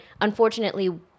unfortunately